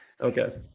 okay